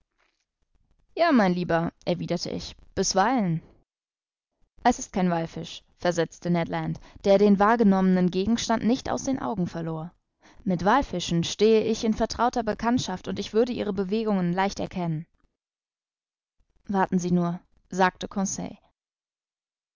ja mein lieber erwiderte ich bisweilen es ist kein wallfisch versetzte ned land der den wahrgenommenen gegenstand nicht aus den augen verlor mit wallfischen stehe ich in vertrauter bekanntschaft und ich würde ihre bewegungen leicht erkennen sehen sie nur sagte